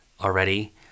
already